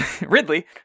Ridley